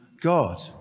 god